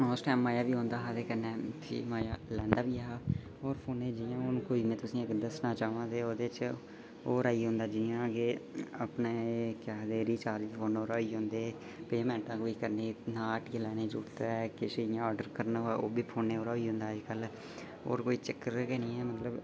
उस टैम मजा बी औंदा हा ते कन्नै में मजा लैंदा बी ऐहा होर फोनै ई जि'यां हून कोई में तुसें गी अगर दस्सना चाह्वां ते ओह्दे च होर आई जंदा जि'यां कि अपने केह् आखदे रिचार्ज फोनो 'रा होई जन्दे ते पेमेंट कोई करनी ना हट्टियै लैने ई जरूरत ऐ किश इ'यां ऑर्डर करना होऐ ओह् बी फोनै 'रा होई जंदा अज्ज कल होर कोई चक्कर गै निं ऐ मतलब